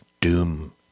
doom